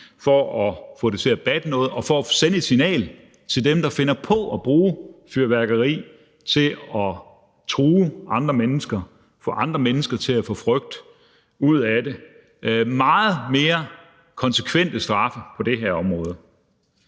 for at få det til at batte noget og for at sende et signal til dem, der finder på at bruge fyrværkeri til at true andre mennesker; til at få andre mennesker til at mærke frygt ved det. Og at affyre et bomberør